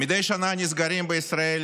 מדי שנה נסגרים בישראל